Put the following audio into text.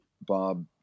Bob